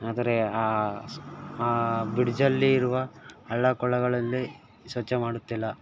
ಆದರೆ ಆ ಬ್ರಿಡ್ಜಲ್ಲಿ ಇರುವ ಹಳ್ಳ ಕೊಳ್ಳಗಳಲ್ಲಿ ಸ್ವಚ್ಛ ಮಾಡುತ್ತಿಲ್ಲ